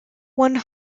one